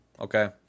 okay